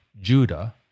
Judah